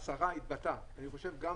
השרה התבטאה, אני חושב שגם